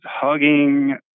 hugging